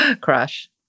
crush